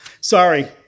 sorry